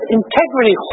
integrity